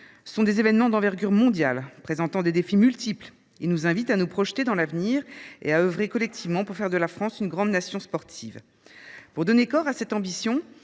sont des événements d’envergure mondiale, présentant des défis multiples. Ils nous invitent à nous projeter dans l’avenir et à œuvrer collectivement pour faire de la France une grande nation sportive. Pour donner corps à cette ambition,